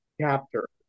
chapter